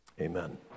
Amen